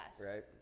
Right